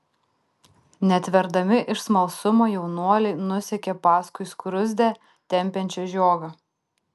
netverdami iš smalsumo jaunuoliai nusekė paskui skruzdę tempiančią žiogą